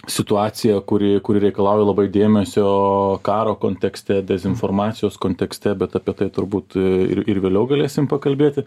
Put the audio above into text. situaciją kuri kuri reikalauja labai dėmesio karo kontekste dezinformacijos kontekste bet apie tai turbūt ir ir vėliau galėsim pakalbėti